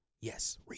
Yes